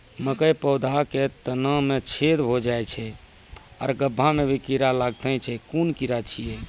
मकयक पौधा के तना मे छेद भो जायत छै आर गभ्भा मे भी कीड़ा लागतै छै कून कीड़ा छियै?